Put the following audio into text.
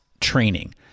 training